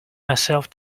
myself